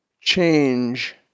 change